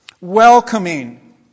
Welcoming